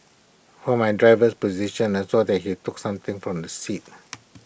from my driver's position I saw that he took something from the seat